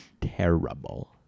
Terrible